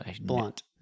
Blunt